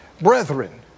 brethren